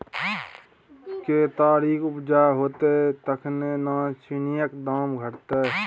केतारीक उपजा हेतै तखने न चीनीक दाम घटतै